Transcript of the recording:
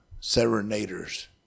Serenaders